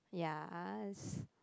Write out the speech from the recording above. ya